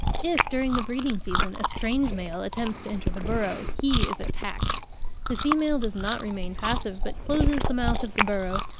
if, during the breeding-season, a strange male attempts to enter the burrow, he is attacked the female does not remain passive, but closes the mouth of the burrow,